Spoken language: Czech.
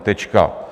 Tečka.